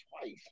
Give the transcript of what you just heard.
twice